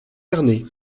ernée